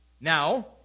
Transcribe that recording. Now